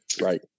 right